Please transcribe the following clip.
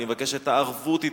אני מבקש את הערבות אתם.